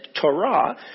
Torah